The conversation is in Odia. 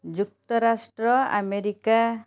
ଯୁକ୍ତରାଷ୍ଟ୍ର ଆମେରିକା